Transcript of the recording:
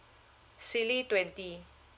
silly twenty